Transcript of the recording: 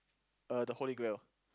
uh the holy grail